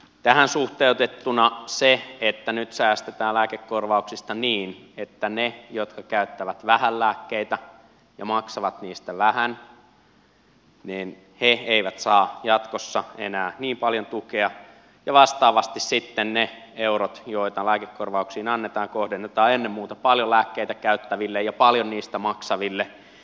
tähän suhteutettuna on mielestäni erittäin oikea suunta se että nyt säästetään lääkekorvauksista niin että ne jotka käyttävät vähän lääkkeitä ja maksavat niistä vähän eivät saa jatkossa enää niin paljon tukea ja vastaavasti sitten ne eurot joita lääkekorvauksiin annetaan kohdennetaan ennen muuta paljon lääkkeitä käyttäville ja paljon niistä maksaville